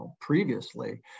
previously